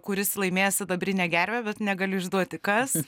kuris laimės sidabrinę gervę bet negaliu išduoti kas